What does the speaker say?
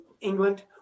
England